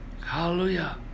hallelujah